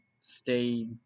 stay